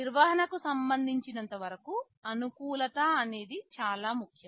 నిర్వహణ కు సంబంధించినంత వరకూ అనుకూలత అనేది చాలా ముఖ్యం